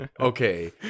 okay